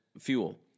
fuel